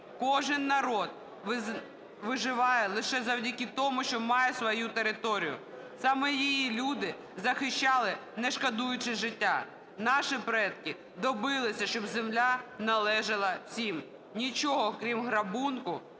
Кожен народ виживає лише завдяки тому, що має свою територію. Саме її люди захищали, не шкодуючи життя. Наші предки добилися, щоб земля належала ним. Нічого крім грабунку